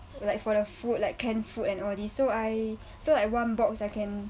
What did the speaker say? like for the food like canned food and all this so I so like one box I can